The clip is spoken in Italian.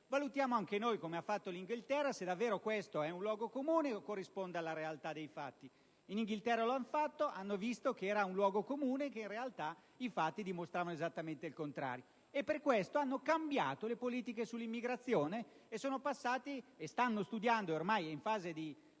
Valutiamo anche noi, come ha fatto l'Inghilterra, se davvero si tratta di un luogo comune o se corrisponde alla realtà dei fatti. In Inghilterra lo hanno fatto e hanno visto che era un luogo comune e che in realtà i fatti dimostravano esattamente il contrario, e per questo hanno cambiato le politiche sull'immigrazione. Stanno studiando - ormai è quasi in